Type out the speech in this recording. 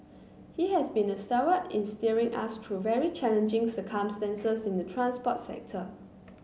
he has been a stalwart in steering us through very challenging circumstances in the transport sector